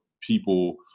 people